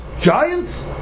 Giants